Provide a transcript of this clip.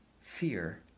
fear